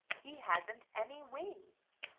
he hasn't any wings.